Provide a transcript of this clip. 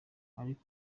ariko